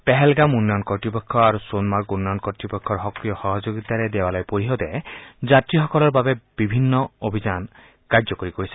পেহেলগাম উন্নয়ন কৰ্তৃপক্ষ আৰু সোণমাৰ্গ উন্নয়ন কৰ্তৃপক্ষৰ সক্ৰিয় সহযোগিতাৰে দেৱালয় পৰিষদে যাত্ৰীসকলৰ বাবে বিভিন্ন অভিযান কাৰ্যকৰী কৰিছে